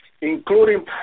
including